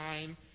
time